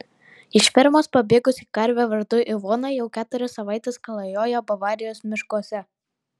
iš fermos pabėgusi karvė vardu ivona jau keturias savaites klajoja bavarijos miškuose